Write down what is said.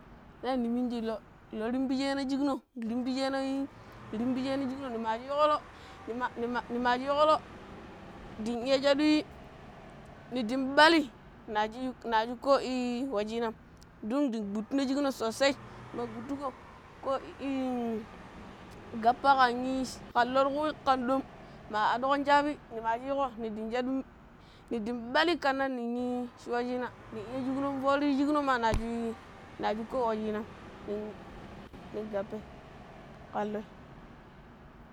ne niminji loh, loh rimbijeno shicno rimbijeno ii rimbijeno shicno nima shicko loh, nima nima shicko loh din iya shadɗ nin di ɓalli na shii na cu ko ii wucina don ɗan gutuno shicno sosai, ma ɓudtuko ko ii gappa kan ii shi kan loh tukuro kan ɗom ma aɗɗokon shappi nima shiko nin din shaɗu nindi ɓalli kannan nin ii shuwa shina, din iya shukunon fori ti shino ma na shuii na shu ko wucinan nin nin gappai kan loi